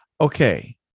Okay